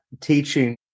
teaching